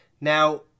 now